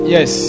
Yes